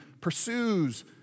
pursues